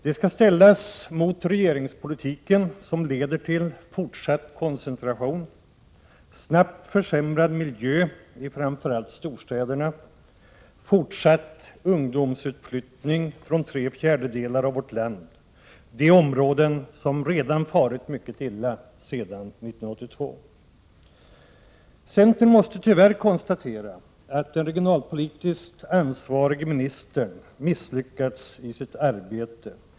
Det skall ställas mot regeringspolitiken som leder till —- snabbt försämrad miljö i framför allt storstäderna och —- fortsatt ungdomsutflyttning från tre fjärdedelar av vårt land, de områden som farit mycket illa sedan 1982. Centern måste tyvärr konstatera att den regionalpolitiskt ansvarige ministern misslyckats i sitt arbete.